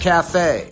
Cafe